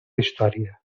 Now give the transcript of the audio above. història